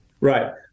Right